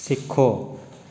ਸਿੱਖੋ